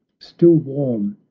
still warm,